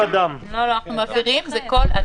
אנחנו מבהירים - זה כל אדם.